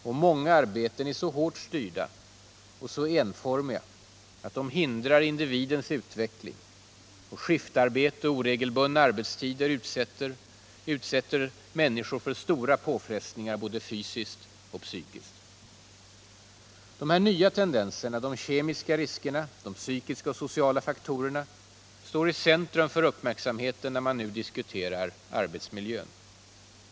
Och många arbeten är så hårt styrda och så enformiga att de hindrar individens utveckling. Skiftarbete och 59 oregelbundna arbetstider utsätter människor för stora påfrestningar, både fysiskt och psykiskt. De här nya tendenserna, de kemiska riskerna och de psykiska och sociala faktorerna, står i centrum för uppmärksamheten när man nu diskuterar arbetsmiljön.